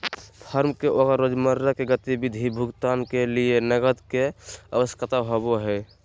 firm के ओकर रोजमर्रा के गतिविधि भुगतान के लिये नकद के आवश्यकता होबो हइ